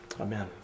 Amen